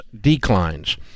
declines